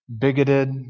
bigoted